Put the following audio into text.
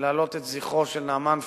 כדי להעלות את זכרו של נעמאן פוקרא,